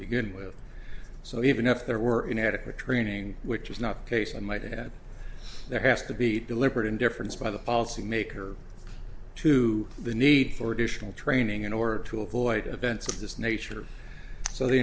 begin with so even if there were inadequate training which is not the case i might add there has to be deliberate indifference by the power maker to the need for additional training in order to avoid events of this nature so the